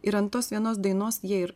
ir ant tos vienos dainos jie ir